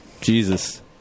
Jesus